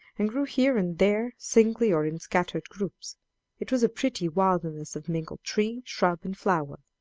and grew here and there, singly or in scattered groups it was a pretty wilderness of mingled tree, shrub and flower.